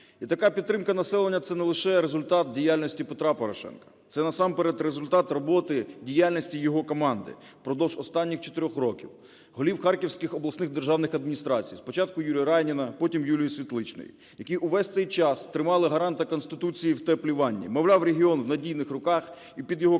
І така підтримка населення це не лише результат діяльності Петра Порошенка – це насамперед результат роботи діяльності його команди впродовж останніх 4 років. Голів Харківських обласних держаних адміністрацій, спочатку Ігоря Райніна, потім Юлію Світличну, які увесь цей час тримали гаранта Конституції в теплій ванні. Мовляв, регіон в надійних руках і під його контролем,